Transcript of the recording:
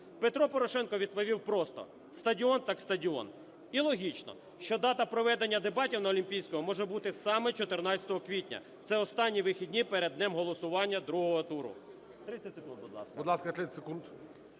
Петро Порошенко відповів просто: "Стадіон – так стадіон". І логічно, що дата проведення дебатів на "Олімпійському" може бути саме 14 квітня, це останні вихідні перед днем голосування другого туру.